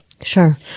Sure